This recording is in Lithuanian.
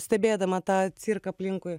stebėdama tą cirką aplinkui